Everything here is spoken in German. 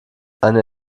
eine